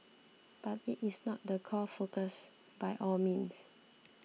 but it is not the core focus by all means